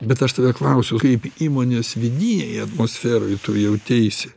bet aš tave klausiu kaip įmonės vidinėj atmosferoj tu jauteisi